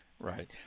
Right